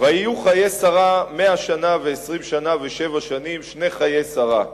"ויהיו חיי שרה מאה שנה ועשרים שנה ושבע שנים שני חיי שרה.